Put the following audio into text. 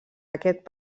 aquest